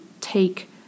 take